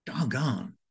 Doggone